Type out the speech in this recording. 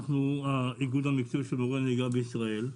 אנחנו האיגוד המקצועי של מורי הנהיגה בישראל,